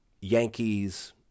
Yankees